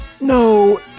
No